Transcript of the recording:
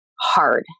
hard